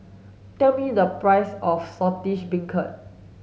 tell me the price of saltish beancurd